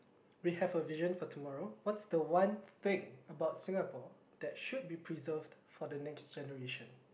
we have a vision for tomorrow what's the one thing about Singapore that should be preserved for the next generation